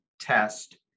test